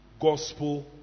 gospel